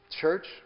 church